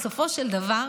בסופו של דבר,